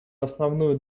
основную